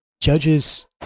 judges